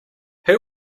who